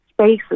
spaces